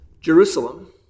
Jerusalem